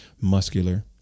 muscular